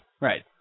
Right